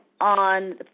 on